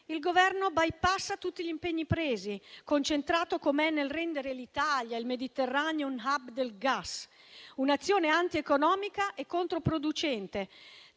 il Governo bypassa tutti gli impegni presi, concentrato com'è nel rendere l'Italia e il Mediterraneo un *hub* del gas, un'azione antieconomica e controproducente